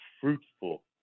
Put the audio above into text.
fruitful